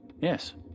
Yes